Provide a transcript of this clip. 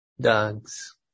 dogs